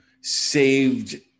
saved